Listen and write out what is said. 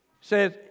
says